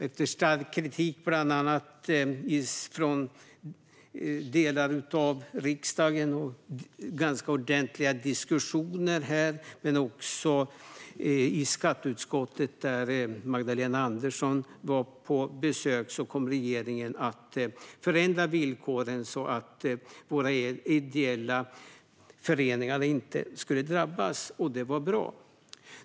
Efter stark kritik, bland annat från delar av riksdagen, och ordentliga diskussioner här i kammaren och i skatteutskottet, där Magdalena Andersson var på besök, kom dock regeringen att förändra villkoren, så att våra ideella föreningar inte skulle drabbas. Det var bra.